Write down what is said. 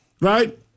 Right